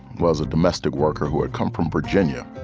was a domestic worker who had come from virginia.